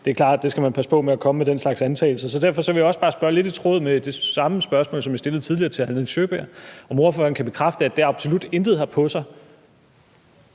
Det er klart, at man skal passe på med at komme med den slags antagelser. Derfor vil jeg også bare lidt i tråd med det spørgsmål, som jeg tidligere stillede til hr. Nils Sjøberg, spørge, om ordføreren kan bekræfte, at det absolut intet har på sig.